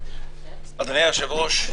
אדוני היושב כאש,